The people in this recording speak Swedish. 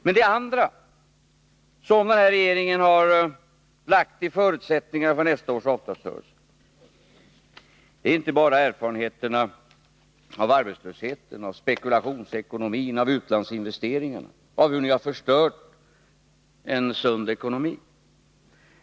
Men de förutsättningar som den här regeringen har ställt i utsikt inför nästa års avtalsrörelse är inte bara erfarenheterna av arbetslösheten och spekulationsekonomin, av utlandsinvesteringarna och av hur ni har förstört en sund ekonomi.